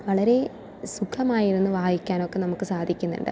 വളരെ സുഖമായിരുന്നു വായിക്കാൻ ഒക്കെ നമുക്ക് സാധിക്കുന്നുണ്ട്